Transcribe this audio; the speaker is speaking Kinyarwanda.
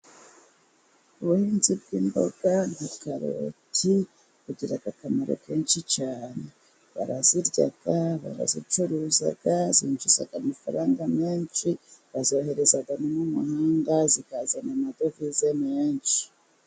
Ubuhinzi bw'imboga na karoti bugira akamaro kenshi cyane, barazirya barazicuruza zinjiza amafaranga menshi, bazohereza no mu mahanga zikazana amadovize menshi.